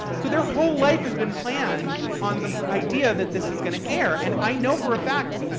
so their whole life has been planned on the idea that this is going to air. and i know for a fact,